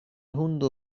hundo